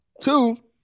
two